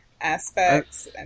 aspects